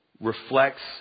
reflects